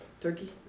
Turkey